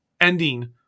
ending